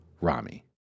Rami